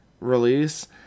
release